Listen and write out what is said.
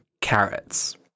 carrots